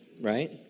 Right